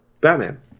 Batman